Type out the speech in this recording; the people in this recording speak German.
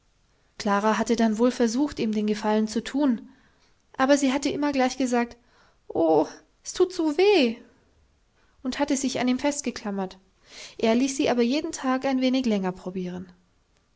klara hatte dann wohl versucht ihm den gefallen zu tun aber sie hatte immer gleich gesagt oh s tut zu weh und hatte sich an ihn festgeklammert er ließ sie aber jeden tag ein wenig länger probieren